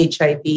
HIV